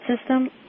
system